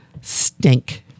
stink